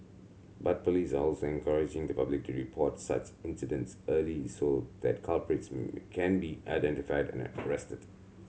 but police are also encouraging the public to report such incidents early so that culprits can be identified and arrested